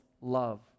love